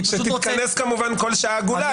נתכנס כמובן כל שעה עגולה.